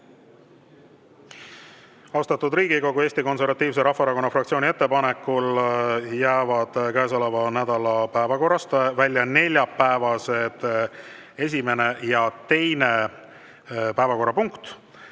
Austatud Riigikogu! Eesti Konservatiivse Rahvaerakonna fraktsiooni ettepanekul jäävad käesoleva nädala päevakorrast välja neljapäevased esimene ja teine päevakorrapunkt.